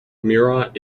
murat